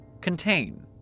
Contain